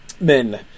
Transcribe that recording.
men